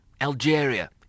Algeria